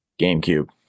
GameCube